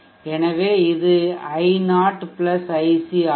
எனவே இது i0 iC ஆகும்